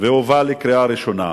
ויובא לקריאה ראשונה.